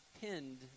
pinned